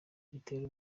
gitera